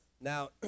Now